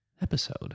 episode